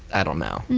i don't know. and